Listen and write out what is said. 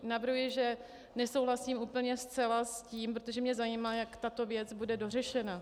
Navrhuji, že nesouhlasím úplně zcela s tím, protože mě zajímá, jak tato věc bude dořešena.